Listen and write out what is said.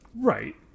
Right